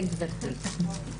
כן, גברתי.